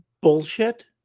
bullshit